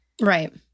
right